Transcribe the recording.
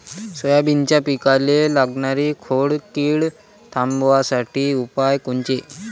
सोयाबीनच्या पिकाले लागनारी खोड किड थांबवासाठी उपाय कोनचे?